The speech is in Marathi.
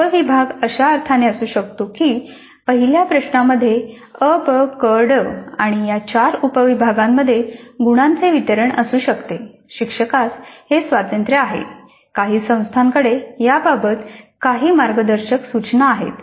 उपविभाग अशा अर्थाने असू शकतो की पहिल्या प्रश्नामध्ये अ ब क ड आणि या चार उपविभागांमध्ये गुणांचे वितरण असू शकते शिक्षकास हे स्वातंत्र्य आहे काही संस्थांकडे याबाबत काही मार्गदर्शक सूचना आहेत